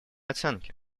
оценки